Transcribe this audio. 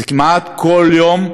זה כמעט כל יום הרוג,